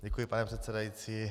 Děkuji, pane předsedající.